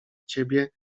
ciebie